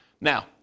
Now